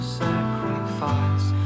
sacrifice